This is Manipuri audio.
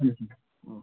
ꯎꯝ ꯎꯝ ꯑꯣ